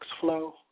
flow